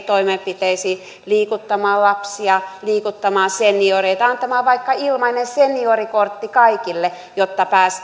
toimenpiteisiin liikuttamaan lapsia liikuttamaan senioreita antamaan vaikka ilmaisen seniorikortin kaikille jotta